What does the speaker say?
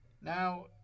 now